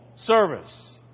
service